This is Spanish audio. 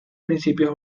principios